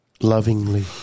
Lovingly